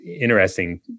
interesting